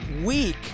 week